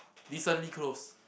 decently close